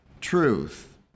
truth